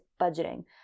budgeting